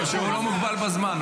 אתה לא בנוי לזה.